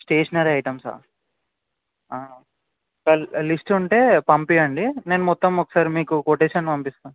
stationery item సరే list ఉంటే పంపించండి నేను మొత్తం ఒకసారి మీకు కొటేషన్ పంపిస్తాను